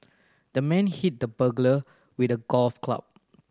the man hit the burglar with a golf club